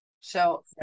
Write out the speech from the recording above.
So-